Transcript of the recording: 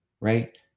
Right